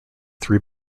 three